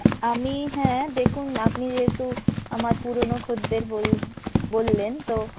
আমি হ্যাঁ দেখুন আপনি যেহেতু আমার পুরনো খদ্দের বল বললেন তো